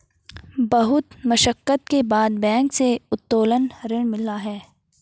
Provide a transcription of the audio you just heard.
बहुत मशक्कत के बाद बैंक से उत्तोलन ऋण मिला है